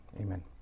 Amen